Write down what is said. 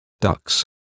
ducks